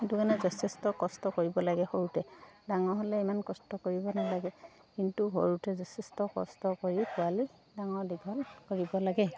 সেইটো কাৰণে যথেষ্ট কষ্ট কৰিব লাগে সৰুতে ডাঙৰ হ'লে ইমান কষ্ট কৰিব নালাগে কিন্তু সৰুতে যথেষ্ট কষ্ট কৰি পোৱালি ডাঙৰ দীঘল কৰিব লাগে